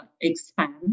expand